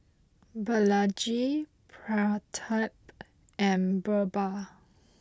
Balaji Pratap and Birbal